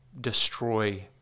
destroy